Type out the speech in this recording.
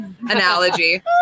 analogy